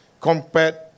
compared